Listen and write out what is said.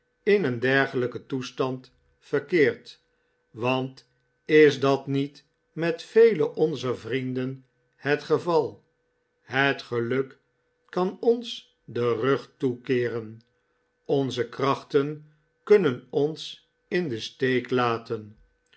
in een dergelijken toestand verkeert want is dat niet met vele onzer vrienden het geval het geluk kan ons den rug toekeeren onze krachten kunnen ons in den steek laten